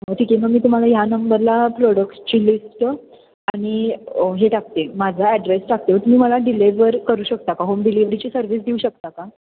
मग ठीक आहे मग मी तुम्हाला ह्या नंबरला प्रोडक्टसची लिस्ट आणि हे टाकते माझा ॲड्रेस टाकते तुम्ही मला डिलिवर करू शकता का होम डिलिवरीची सर्विस देऊ शकता का